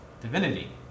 divinity